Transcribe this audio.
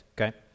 okay